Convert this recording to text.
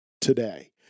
today